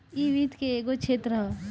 इ वित्त के एगो क्षेत्र ह